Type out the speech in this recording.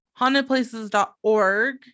hauntedplaces.org